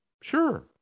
sure